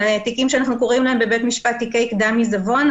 תיקים שאנחנו קוראים להם בבית משפט "תיקי קדם עיזבון".